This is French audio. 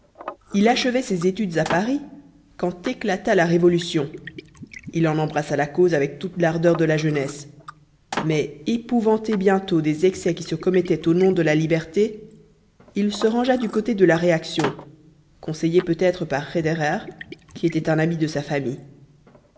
il achevait ses études à paris quand éclata la révolution il en embrassa la cause avec toute l'ardeur de la jeunesse mais épouvanté bientôt des excès qui se commettaient au nom de la liberté il se rangea du côté de la réaction conseillé peut-être par roederer qui était un ami de sa famille